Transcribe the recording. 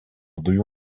dujų